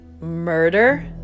Murder